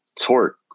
torque